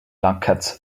lunkheads